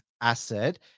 acid